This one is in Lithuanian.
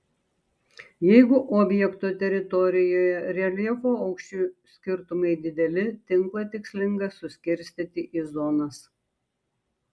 jeigu objekto teritorijoje reljefo aukščių skirtumai dideli tinklą tikslinga suskirstyti į zonas